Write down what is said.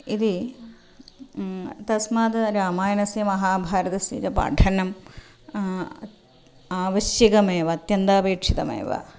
इति तस्माद् रामायणस्य महाभारतस्य च पाठनं आवश्यकमेव अत्यन्तमपेक्षितमेव